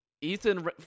Ethan